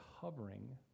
hovering